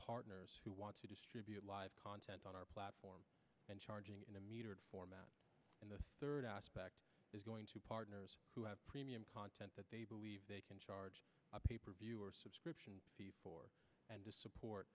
partners who want to distribute live content on our platform and charging it in a metered format and the third aspect is going to partners who have premium content that they believe they can charge a pay per view or subscription for and to support